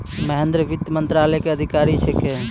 महेन्द्र वित्त मंत्रालय के अधिकारी छेकै